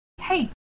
hey